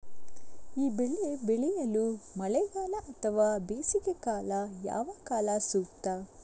ಈ ಬೆಳೆ ಬೆಳೆಯಲು ಮಳೆಗಾಲ ಅಥವಾ ಬೇಸಿಗೆಕಾಲ ಯಾವ ಕಾಲ ಸೂಕ್ತ?